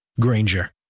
Granger